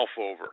over